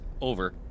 Over